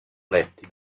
letti